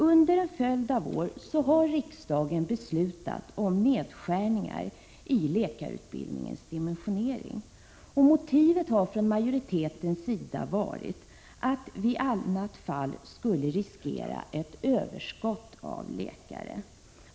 Under en följd av år har riksdagen beslutat om nedskärningar av läkarutbildningens dimensionering. Motivet har från majoritetens sida varit att vi i annat fall skulle riskera att få ett överskott på läkare.